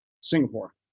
Singapore